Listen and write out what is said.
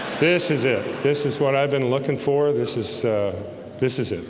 this is it. this is what i've been looking for. this is this is it